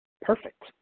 perfect